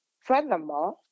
Furthermore